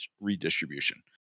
redistribution